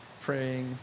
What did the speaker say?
praying